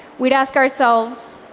we'd ask ourselves,